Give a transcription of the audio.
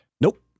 Nope